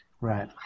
Right